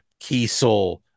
Kiesel